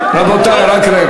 רבותי, רק רגע.